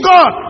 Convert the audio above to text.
God